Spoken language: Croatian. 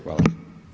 Hvala.